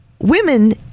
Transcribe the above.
women